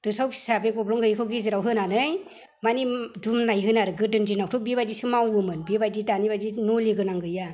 दोसाव फिसा बे गब्लं गैयिखौ गेजेराव होनानै माने दुमनाय होनो आरो गोदोनि दिनावथ' बेबायदिसो मावोमोन बेबायदि दानि बायदि नलिगोनां गैया